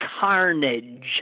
carnage